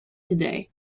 today